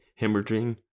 hemorrhaging